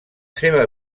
seva